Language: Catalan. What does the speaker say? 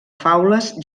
faules